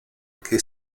che